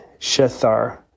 Shethar